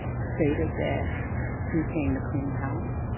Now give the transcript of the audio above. stated that he came to clean house.